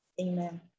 Amen